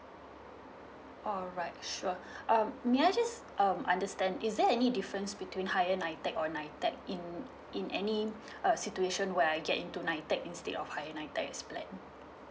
alright sure um may I just um understand is there any difference between higher nitec or nitec in in any uh situation where I get into nitec instead of higher nitec as plan